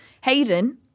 Hayden